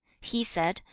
he said,